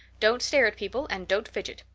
don't stare at people and don't fidget.